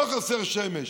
לא חסרה שמש.